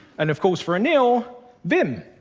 and of course, for anil, vim.